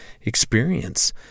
experience